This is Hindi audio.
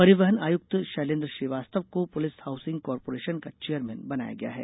परिवहन आयुक्त शैलेन्द्र श्रीवास्तव को पुलिस हाउसिंग कॉर्पोरेशन का चैयरमैन बनाया गया है